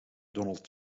donald